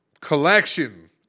Collection